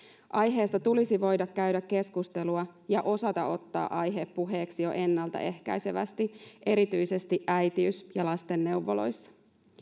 aiheesta tulisi voida käydä keskustelua ja osata ottaa aihe puheeksi jo ennaltaehkäisevästi erityisesti äitiys ja lastenneuvoloissa